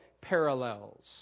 parallels